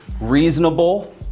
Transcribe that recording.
reasonable